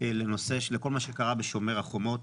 בכל מה שקרה בשומר החומות?